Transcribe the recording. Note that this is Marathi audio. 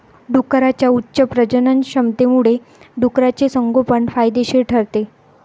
डुकरांच्या उच्च प्रजननक्षमतेमुळे डुकराचे संगोपन फायदेशीर ठरते